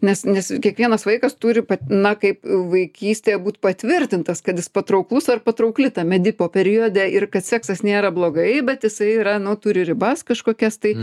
nes nes kiekvienas vaikas turi na kaip vaikystėje būt patvirtintas kad jis patrauklus ar patraukli tam edipo periode ir kad seksas nėra blogai bet jisai yra nu turi ribas kažkokias tai